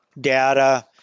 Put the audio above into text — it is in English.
data